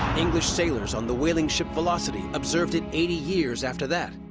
english sailors on the whaling ship velocity observed it eighty years after that.